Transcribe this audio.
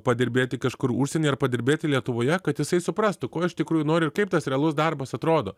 padirbėti kažkur užsieny ar padirbėti lietuvoje kad jisai suprastų ko iš tikrųjų nori ir kaip tas realus darbas atrodo